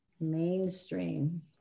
Mainstream